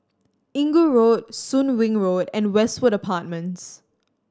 Inggu Road Soon Wing Road and Westwood Apartments